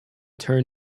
turn